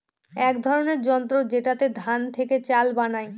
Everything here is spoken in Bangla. এক ধরনের যন্ত্র যেটাতে ধান থেকে চাল বানায়